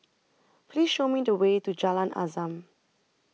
Please Show Me The Way to Jalan Azam